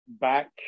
back